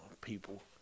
people